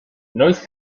noiz